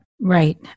Right